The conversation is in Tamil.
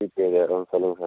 ஜிபேயில் வரும் சொல்லுங்கள் சார்